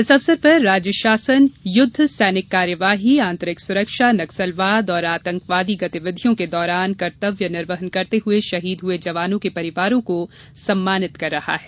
इस अवसर पर राज्य शासन युद्ध सैनिक कार्यवाही आंतरिक सुरक्षा नक्सलवाद और आतंकवादियों गतिविधियों के दौरान कर्त्तव्य निर्वहन करते हुए शहीद हुये जवानों के परिवारों को सम्मानित कर रहा है